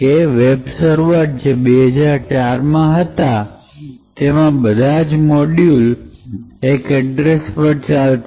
કે web server જે ૨૦૦૪ માં હતા તેમાં બધા જ મોડ્યુલ એક એડ્રેસ પર ચાલતા